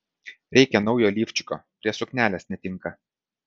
reikia naujo lifčiko prie suknelės netinka